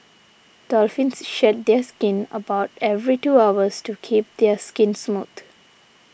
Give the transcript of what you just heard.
dolphins shed their skin about every two hours to keep their skin smooth